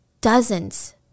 dozens